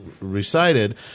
recited